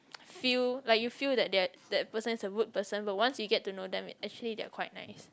feel like you feel like that that that person is a rude person but once you get to know them actually they are quite nice